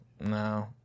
no